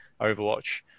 Overwatch